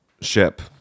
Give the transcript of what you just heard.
ship